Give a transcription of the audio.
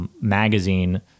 magazine